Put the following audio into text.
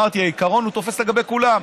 אמרתי: העיקרון תופס לגבי כולם.